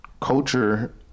culture